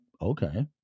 okay